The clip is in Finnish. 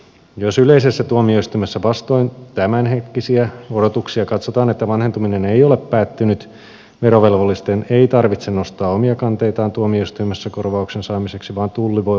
jos yleisessä tuomioistuimessa vastoin tämänhetkisiä odotuksia katsotaan että vanhentuminen ei ole päättynyt verovelvollisten ei tarvitse nostaa omia kanteitaan tuomioistuimessa korvauksen saamiseksi vaan tulli voi hoitaa ne tuomioiden perusteella verovelvollisten vaatimuksesta